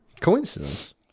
coincidence